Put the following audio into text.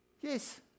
Yes